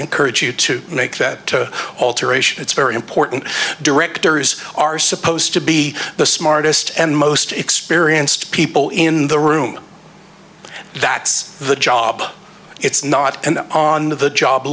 encourage you to make that alteration it's very important directors are supposed to be the smartest and most experienced people in the room that's the job it's not on the job